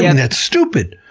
and that's stupid,